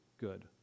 good